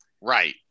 Right